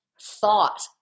thought